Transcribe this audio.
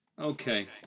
okay